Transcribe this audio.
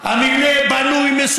אבל המבנים בנויים, אדוני השר?